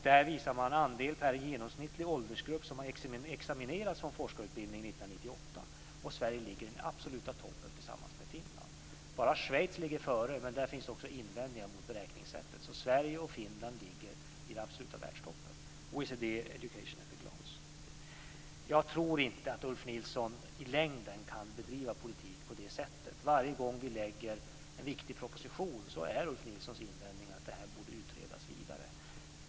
Där visar man andel per genomsnittlig åldersgrupp som har examinerats från forskarutbildningen under 1998. Sverige ligger i den absoluta toppen tillsammans med Finland. Bara Schweiz ligger före, men där finns invändningar mot beräkningssättet. Sverige och Finland ligger i den absoluta världstoppen enligt OECD:s Education at a Glance. Jag tror inte att Ulf Nilsson i längden kan bedriva politik på det sättet. Varje gång vi lägger fram en viktig proposition är Ulf Nilssons invändning att detta borde utredas vidare.